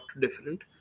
different